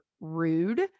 rude